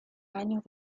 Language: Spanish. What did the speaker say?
años